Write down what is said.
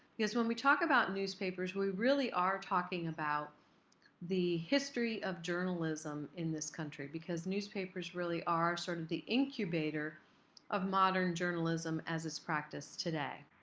because when we talk about newspapers, we really are talking about the history of journalism in this country because newspapers really are sort of the incubator of modern journalism as it's practiced today.